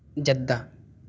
Jeddah